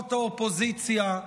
למפלגות האופוזיציה,